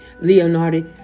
Leonardo